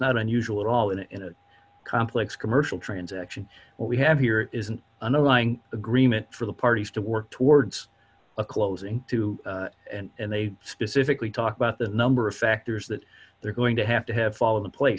not unusual at all in a complex commercial transaction we have here is an underlying agreement for the parties to work towards a closing to and they specifically talk about the number of factors that they're going to have to have followed in place